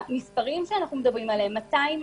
המספרים שאנחנו מדברים עליהם, 200